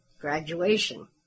graduation